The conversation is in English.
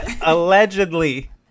Allegedly